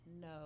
no